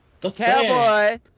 Cowboy